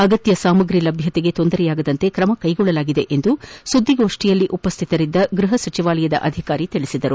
ಅಗತ್ನ ಸಾಮಗ್ರಿ ಲಭ್ಯತೆಗೆ ತೊಂದರೆಯಾಗದಂತೆ ಕ್ರಮ ಕೈಗೊಳ್ಳಲಾಗಿದೆ ಎಂದು ಸುದ್ದಿಗೋಷ್ಠಿಯಲ್ಲಿ ಗೃಪ ಸಚಿವಾಲಯದ ಅಧಿಕಾರಿ ತಿಳಿಸಿದರು